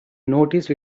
noticed